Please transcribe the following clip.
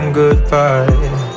goodbye